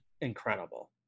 incredible